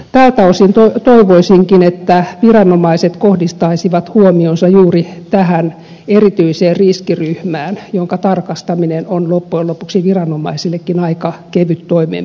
tältä osin toivoisinkin että viranomaiset kohdistaisivat huomionsa juuri tähän erityiseen riskiryhmään jonka tarkastaminen on loppujen lopuksi viranomaisillekin aika kevyt toimenpide